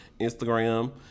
Instagram